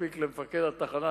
מספיק שההצעה תוגש למפקד התחנה,